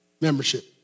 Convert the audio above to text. membership